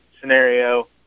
scenario